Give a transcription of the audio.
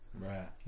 Right